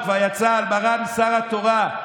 הוא כבר יצא על מרן שר התורה,